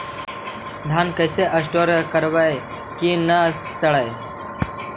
धान कैसे स्टोर करवई कि न सड़ै?